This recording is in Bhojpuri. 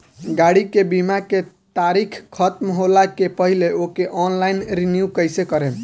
गाड़ी के बीमा के तारीक ख़तम होला के पहिले ओके ऑनलाइन रिन्यू कईसे करेम?